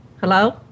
Hello